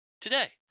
today